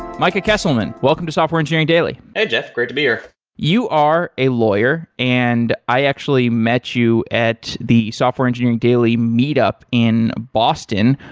micah kesselman, welcome to software engineering daily hey, jeff. great to be here you are a lawyer, and i actually met you at the software engineering daily meetup in boston,